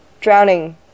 Drowning